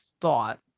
thought